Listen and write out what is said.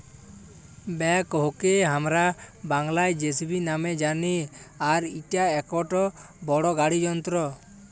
ব্যাকহোকে হামরা বাংলায় যেসিবি নামে জানি আর ইটা একটো বড় গাড়ি যন্ত্র